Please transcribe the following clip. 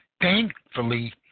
Thankfully